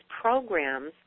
programs